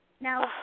Now